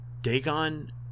Dagon